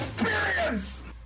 EXPERIENCE